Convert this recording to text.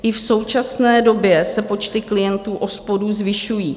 I v současné době se počty klientů OSPODů zvyšují.